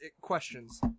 questions